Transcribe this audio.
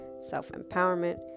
self-empowerment